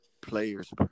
players